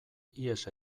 ihes